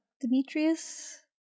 Demetrius